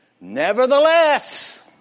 Nevertheless